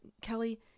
Kelly